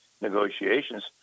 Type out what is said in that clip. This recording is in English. negotiations